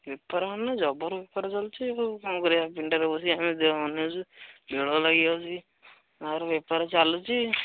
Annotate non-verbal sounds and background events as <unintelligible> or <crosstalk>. ବେପାର ମାନେ ଜବର ବେପାର ଚାଲିଛି ଆଉ କ'ଣ କରିବା ପିଣ୍ଡାରେ ବସି ଆମେ <unintelligible> ଅନେଇଛୁ ମେଳ ଲାଗିଯାଉଛି ଆହୁରି ବେପାର ଚାଲୁଛି